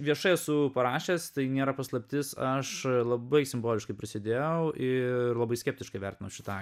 viešai esu parašęs tai nėra paslaptis aš labai simboliškai prisidėjau ir labai skeptiškai vertinau šitą